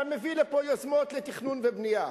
אתה מביא לפה יוזמות לתכנון ובנייה,